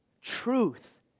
Truth